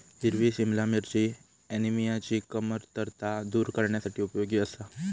हिरवी सिमला मिरची ऍनिमियाची कमतरता दूर करण्यासाठी उपयोगी आसा